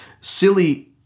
silly